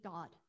God